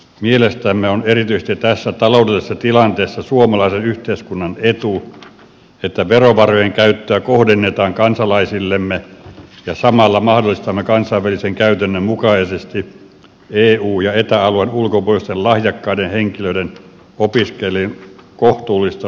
mielestämme on erityisesti tässä taloudellisessa tilanteessa suomalaisen yhteiskunnan etu että verovarojen käyttöä kohdennetaan kansalaisillemme ja samalla mahdollistamme kansainvälisen käytännön mukaisesti eu ja eta alueen ulkopuolisten lahjakkaiden henkilöiden opiskelun kohtuullista lukukausimaksua vastaan